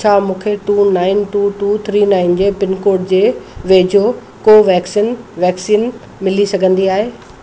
छा मूंखे two nine two two three nine जे पिनकोड जे वेझो कोवेक्सीन वैक्सीन मिली सघंदी आहे